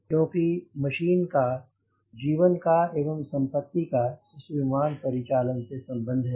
क्योंकि मशीन का जीवन का एवं संपत्ति का इस विमान परिचालन से संबंध है